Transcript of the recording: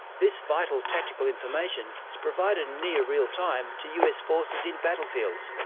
this vital tactical information is provided in near real-time to us forces in battlefields.